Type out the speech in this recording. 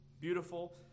beautiful